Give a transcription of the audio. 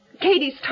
Katie's